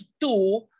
two